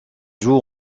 joue